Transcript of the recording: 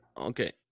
Okay